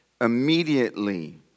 Immediately